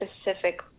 specific